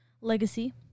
legacy